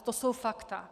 To jsou fakta.